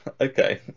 okay